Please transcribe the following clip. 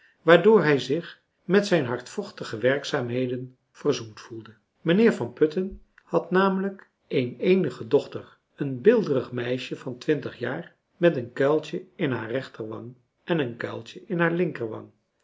waardoor hij zich met zijn hardvochtige werkzaamheden verzoend voelde mijnheer van putten had namelijk een eenige dochter een beelderig meisje van twintig jaar met een kuiltje in haar rechterwang en een kuiltje in haar linkerwang